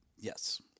Yes